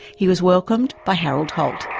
he was welcomed by harold holt.